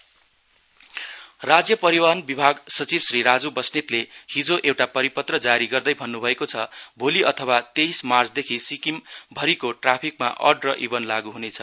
अड् even traffic राज्य परिवहन विभाग सचिव श्री राजु बस्नेतले हिजो एउटा परिपत्र जारी गर्दै भन्नुभएको छ भोली अथवा तेइस मार्चदेखि सिक्किम भरिको ट्राफिकमा अड इभन लागू हुनेछ